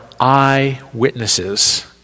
eyewitnesses